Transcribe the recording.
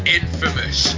infamous